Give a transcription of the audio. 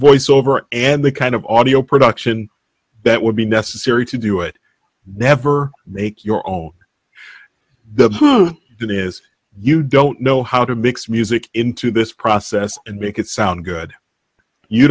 voice over and the kind of audio production that would be necessary to do it never make your own the then is you don't know how to mix music into this process and make it sound good you